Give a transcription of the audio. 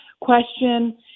question